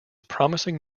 promising